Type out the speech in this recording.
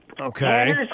Okay